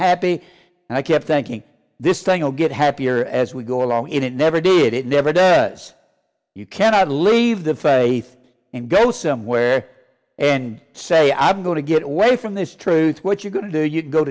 and i kept thinking this thing will get happier as we go along and it never did it never does you cannot leave the faith and go somewhere and say i'm going to get away from this truth what you're going to do you go